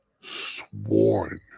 sworn